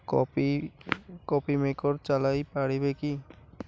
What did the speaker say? coffee coffee maker ଚଲାଇ ପାରିବେ କି